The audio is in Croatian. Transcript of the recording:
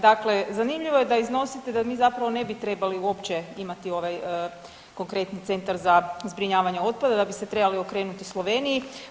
Dakle zanimljivo je da iznosite da mi zapravo ne bi trebali uopće imati konkretni Centar za zbrinjavanje otpada, da bi se trebali okrenuti Sloveniji.